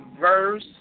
verse